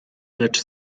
lecz